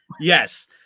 yes